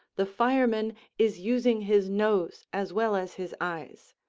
the fireman is using his nose as well as his eyes,